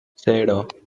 cero